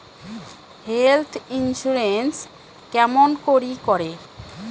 Health insurance কেমন করি করে?